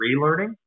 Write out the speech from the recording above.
relearning